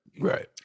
Right